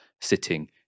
sitting